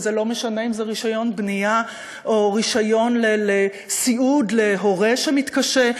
ולא משנה אם זה רישיון בנייה או רישיון לסיעוד להורה שמתקשה,